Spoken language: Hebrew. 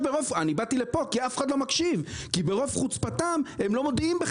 אני באתי לפה כי אף אחד לא מקשיב; כי ברוב חוצפתם הם לא מודיעים,